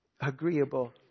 agreeable